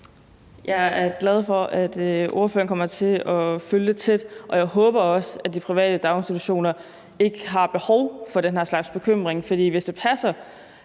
Jeg er glad for, at ordføreren kommer til at følge det tæt, og jeg håber også, at de private daginstitutioner ikke har behov for den her slags bekymring, for hvis det,